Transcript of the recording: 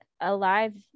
alive